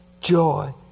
Joy